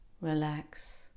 relax